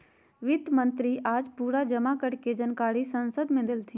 वित्त मंत्री आज पूरा जमा कर के जानकारी संसद मे देलथिन